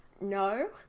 No